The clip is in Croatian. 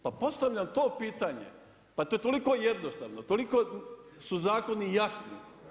Pa postavljam to pitanje, pa to je toliko jednostavno, toliko su zakoni jasni.